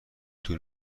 طول